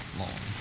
long